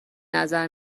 نظر